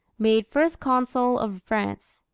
made first consul of france.